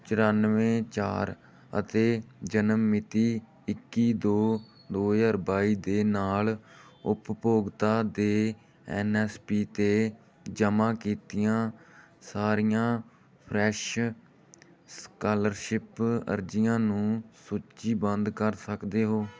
ਚਰੱਨਵੇਂ ਚਾਰ ਅਤੇ ਜਨਮ ਮਿਤੀ ਇੱਕੀ ਦੋ ਦੋ ਹਜ਼ਾਰ ਬਾਈ ਦੇ ਨਾਲ ਉਪਭੋਗਤਾ ਦੇ ਐੱਨ ਐੱਸ ਪੀ 'ਤੇ ਜਮ੍ਹਾਂ ਕੀਤੀਆਂ ਸਾਰੀਆਂ ਫਰੈਸ਼ ਸਕਾਲਰਸ਼ਿਪ ਅਰਜ਼ੀਆਂ ਨੂੰ ਸੂਚੀਬੱਧ ਕਰ ਸਕਦੇ ਹੋ